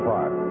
Park